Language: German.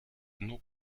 nur